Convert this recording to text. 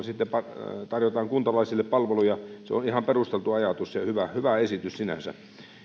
sitten tarjotaan kuntalaisille palveluja se on ihan perusteltu ajatus ja hyvä hyvä esitys sinänsä